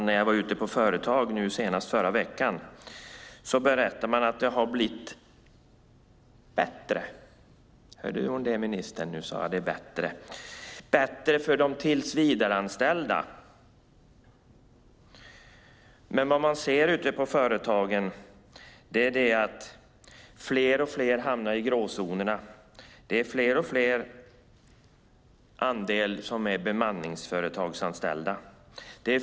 När jag var ute på företag senast förra veckan berättade man att det har blivit bättre. Hörde ministern att jag sade "bättre"? Det har blivit bättre för de tillsvidareanställda. På företagen ser man att fler och fler hamnar i gråzonen. Fler och fler är bemanningsföretagsanställda.